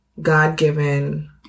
God-given